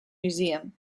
museum